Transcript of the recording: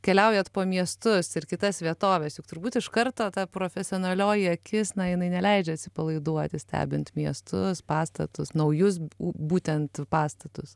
keliaujat po miestus ir kitas vietoves juk turbūt iš karto ta profesionalioji akis na jinai neleidžia atsipalaiduoti stebint miestus pastatus naujus būtent pastatus